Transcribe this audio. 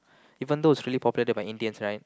even though it's really popular among Indians right